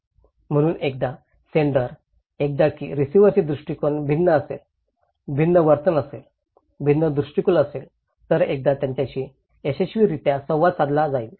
म्हणून एकदा सेण्डर एकदा की रिसिव्हरचे दृष्टीकोन भिन्न असेल भिन्न वर्तन असेल भिन्न दृष्टीकोन असेल तर एकदा त्यांच्याशी यशस्वीरित्या संवाद साधला जाईल